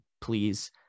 please